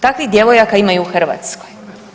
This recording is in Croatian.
Takvih djevojaka ima i u Hrvatskoj.